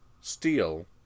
Steel